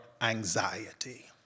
anxiety